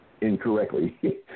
incorrectly